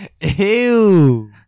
Ew